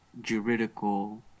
juridical